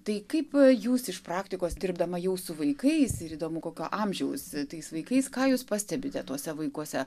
tai kaip jūs iš praktikos dirbdama jau su vaikais ir įdomu kokio amžiaus tais vaikais ką jūs pastebite tuose vaikuose